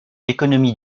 l’économie